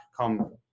come